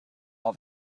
all